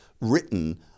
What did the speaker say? written